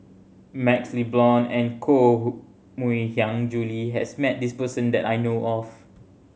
MaxLe Blond and Koh Mui Hiang Julie has met this person that I know of